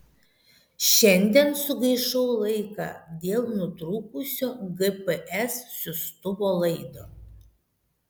šiandien sugaišau laiką dėl nutrūkusio gps siųstuvo laido